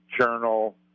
Journal